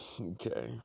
Okay